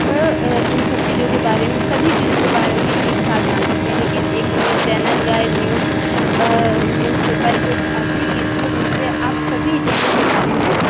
इन सब चीज़ों के बारे में सभी चीज़ों को बारे में एक साथ जान सकते है लेकिन एक न्यूज़ चैनल या एक न्यूज़ न्यूज़पेपर एक ऐसी चीज़ है जिसपे आप सभी चीज़ों के बारे में